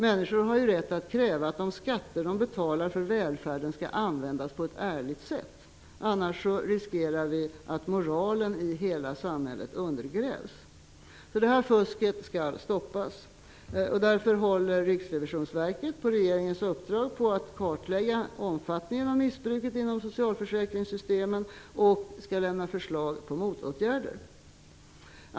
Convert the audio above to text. Människor har rätt att kräva att de skatter de betalar för välfärden skall användas på ett ärligt sätt. Annars riskerar vi att moralen i hela samhället undergrävs. Fusket skall stoppas, och därför håller Riksrevisionsverket på regeringens uppdrag på att kartlägga omfattningen av missbruket inom socialförsäkringssystemet och skall lägga fram förslag till motåtgärder.